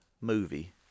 movie